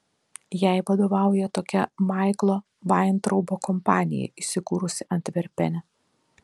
jai vadovauja tokia maiklo vaintraubo kompanija įsikūrusi antverpene